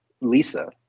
Lisa